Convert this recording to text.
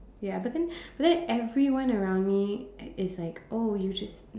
ya but then but then everyone around me is is like oh you just